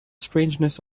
strangeness